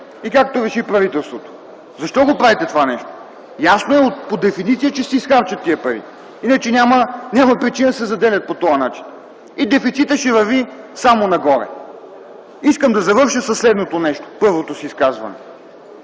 и както реши правителството. Защо правите това нещо? Ясно е по дефиниция, че тези пари ще се изхарчат. Иначе няма да има причина да се заделят по този начин. И дефицитът ще върви само нагоре! Искам да завърша със следното нещо първото си изказване.